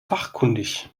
fachkundig